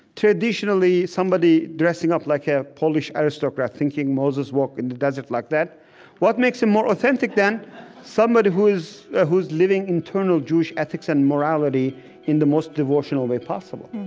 traditionally, somebody dressing up like a polish aristocrat thinking moses walked in the desert like that what makes him more authentic than somebody who is ah who is living internal jewish ethics and morality in the most devotional way possible?